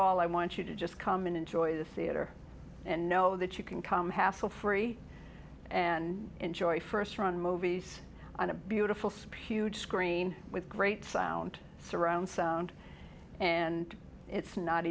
all i want you to just come and enjoy the theater and know that you can come hassle free and enjoy first run movies on a beautiful spot huge screen with great sound surround sound and it's not